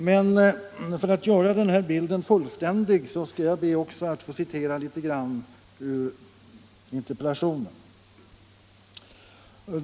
Men för att göra denna bild fullständig skall också jag be att få citera något ur interpellationen.